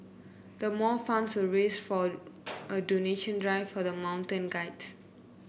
the more funds were raised from a donation drive for the mountain guides